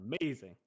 amazing